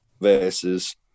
versus